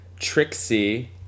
Trixie